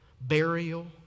burial